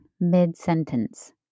mid-sentence